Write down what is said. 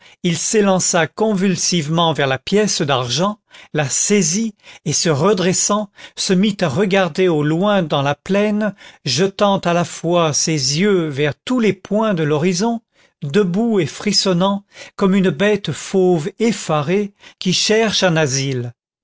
il s'élança convulsivement vers la pièce d'argent la saisit et se redressant se mit à regarder au loin dans la plaine jetant à la fois ses yeux vers tous les points de l'horizon debout et frissonnant comme une bête fauve effarée qui cherche un asile